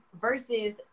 versus